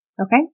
Okay